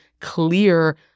clear